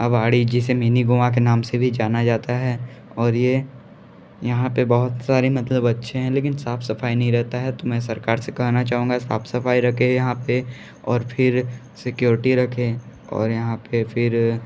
अबाड़ी जिसे मिनी गोवा के नाम से भी जाना जाता है और ये यहाँ पर बहुत सारी मतलब अच्छे हैं लेकिन साफ़ सफ़ाई नहीं रहता है तो मैं सरकार से कहना चाहूँगा साफ़ सफ़ाई रखें यहाँ पर और फिर सिक्योरिटी रखें और यहाँ पर फिर